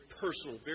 personal